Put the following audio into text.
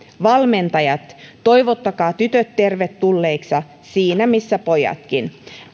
valmentajat toivottakaa tytöt tervetulleeksi siinä missä pojatkin